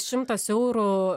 šimtas eurų